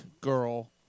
girl